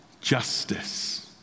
Justice